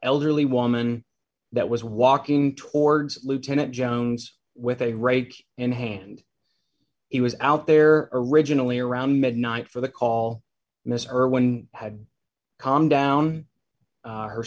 elderly woman that was walking towards lieutenant jones with a rake in hand it was out there originally around midnight for the call mr irwin had calmed down a he